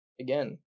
again